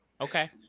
Okay